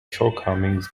shortcomings